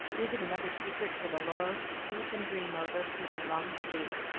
leaving another secret for the laurels to keep and dream over through their long sleep,